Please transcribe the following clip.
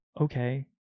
okay